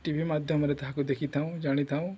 ଟି ଭି ମାଧ୍ୟମରେ ତାହାକୁ ଦେଖିଥାଉଁ ଜାଣିଥାଉ